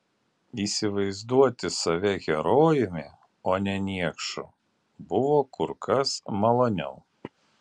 įsivaizduoti save herojumi o ne niekšu buvo kur kas maloniau